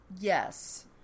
Yes